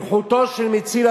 נוכחותו של מציל,